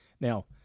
Now